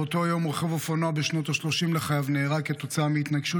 באותו יום רוכב אופנוע בשנות השלושים לחייו נהרג כתוצאה מהתנגשות